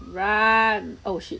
run oh shit